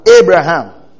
Abraham